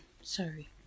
Sorry